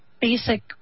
basic